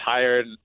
tired